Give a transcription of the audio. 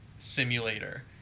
Simulator